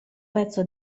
pezzo